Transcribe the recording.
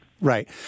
Right